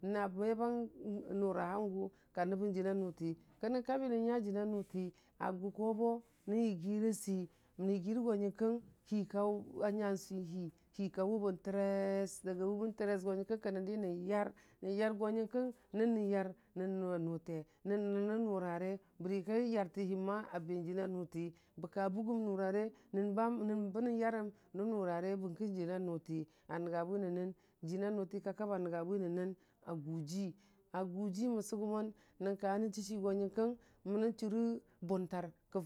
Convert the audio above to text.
na mə bən nʊra hangʊ ka nəbən jəna nʊti, kənə kabi nən nya jəna nʊti a gʊ ko bou nən yəgira səi, nən yigi rə yo nyənkəng hika a nya swi hika wʊbən tʊres wʊchi wʊbən yo nyənkəng kənən dinən yar nən yar go nyənkəng, nən nən yar nən nʊwa nʊte nən nənə nʊrare bərəki yarithima a be jəna nʊtig bəka bʊgəm nʊra re nən bə nən yarəm nən nʊra re baərəki jənə nʊti a nənga bwi nən nən, jəna nʊti ka kabi a nənya bwi nən nən a guji, a gʊji mən sʊgʊmən nənka nən chichi go nyənkəng nən churə bʊn tur.